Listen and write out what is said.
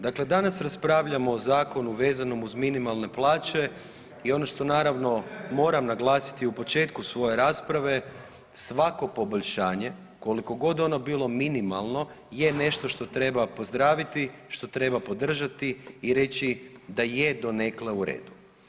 Dakle danas raspravljamo o zakonu vezanom uz minimalne plaće i ono što, naravno, moram naglasiti u početku svoje rasprave, svako poboljšanje, koliko god ono bilo minimalno je nešto što treba pozdraviti, što treba podržati i reći da je donekle u redu.